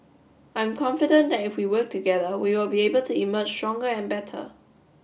I'm confident that if we work together we will be able to emerge stronger and better